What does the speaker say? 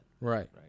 Right